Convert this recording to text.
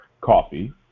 coffee